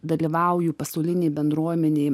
dalyvauju pasaulinėj bendruomenėj